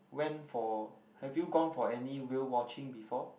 went for have you gone for any whale watching before